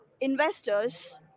Investors